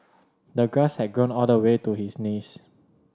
the grass had grown all the way to his knees